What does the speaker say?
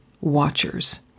watchers